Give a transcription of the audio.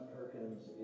Perkins